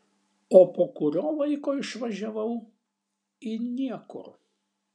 o po kurio laiko išvažiavau į niekur